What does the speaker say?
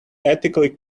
ethically